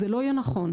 זה לא יהיה נכון.